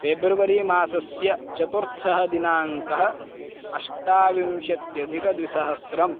February मासस्य चतुर्थः दिनाङ्कः अष्टाविंशत्यधिकद्विसहस्रम्